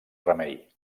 remei